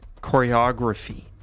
choreography